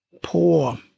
poor